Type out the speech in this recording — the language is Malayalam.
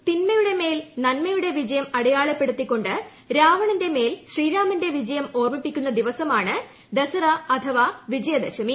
തിന്മയുടെ മേൽ നന്മയുടെ വിജയം അടയാളപ്പെടുത്തി കൊണ്ട് രാവണന്റെ മേൽ ശ്രീരാമന്റെ വിജയം ഓർമ്മിപ്പിക്കുന്ന ദിവസമാണ് ദസറ ്അഥവ വിജയദശമി